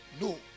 No